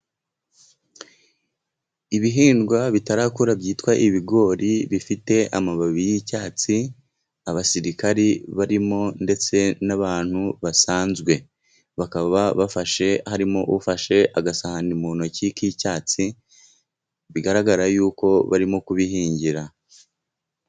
Ibihingwa bitarakura byitwa ibigori bifite amababi y'icyatsi, abasirikari barimo ndetse n'abantu basanzwe, bakaba bafashe, harimo ufashe agasahani mu ntoki k'icyatsi, bigaragara yuko barimo kubihingira.